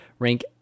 rank